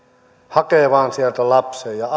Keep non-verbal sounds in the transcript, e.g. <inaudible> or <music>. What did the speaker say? hakee vain sieltä lapsen ja <unintelligible>